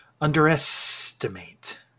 underestimate